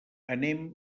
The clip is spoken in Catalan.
anem